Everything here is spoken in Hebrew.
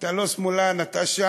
אתה לא שמאלן, אתה שם.